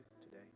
today